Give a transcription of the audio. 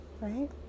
right